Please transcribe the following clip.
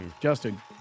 Justin